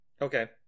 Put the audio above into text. Okay